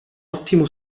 ottimo